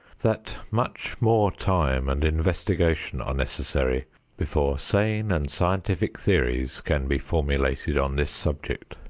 that much more time and investigation are necessary before sane and scientific theories can be formulated on this subject.